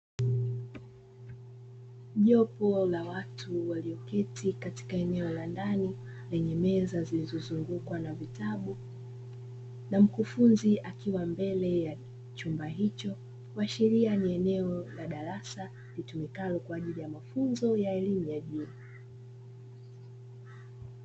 Jopo la watu walioketi katika eneo la ndani lenye meza zilizozungukwa na vitabu, na mkufunzi akiwa mbele ya chumba hicho, kuashiria ni eneo la darasa litumikalo kwa ajili ya mafunzo ya elimu ya juu.